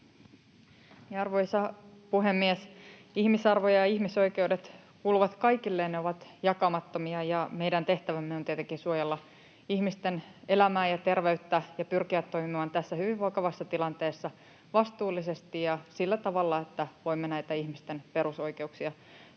Arvoisa puhemies! Ihmisarvo ja ihmisoikeudet kuuluvat kaikille, ne ovat jakamattomia, ja meidän tehtävämme on tietenkin suojella ihmisten elämää ja terveyttä ja pyrkiä toimimaan tässä hyvin vakavassa tilanteessa vastuullisesti ja sillä tavalla, että voimme näitä ihmisten perusoikeuksia